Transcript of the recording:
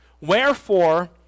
Wherefore